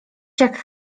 jak